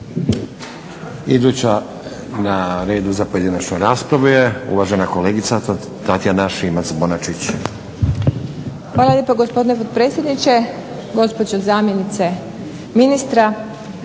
Hvala lijepa gospodine potpredsjedniče, gospođo zamjenice ministra.